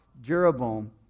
Jeroboam